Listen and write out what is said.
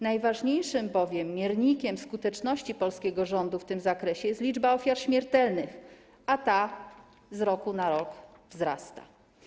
Najważniejszym bowiem miernikiem skuteczności polskiego rządu w tym zakresie jest liczba ofiar śmiertelnych, a ta z roku na rok wzrasta.